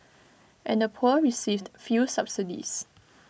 and the poor received few subsidies